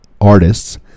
artists